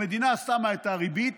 המדינה שמה את הריבית